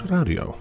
Radio